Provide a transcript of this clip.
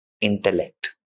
intellect